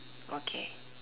okay